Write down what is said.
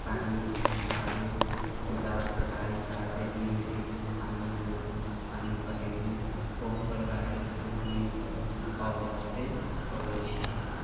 पानि आबै कुदालसँ आड़ि काट देलियै ओहिसँ पानि अयलक पानि पटेलीह बहुत प्रकारके काम हमनि इसभ औजारसँ करै छी